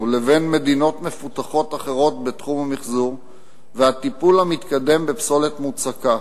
לבין מדינות מפותחות אחרות בתחום המיחזור והטיפול המתקדם בפסולת מוצקה,